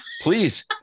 Please